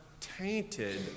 tainted